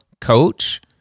coach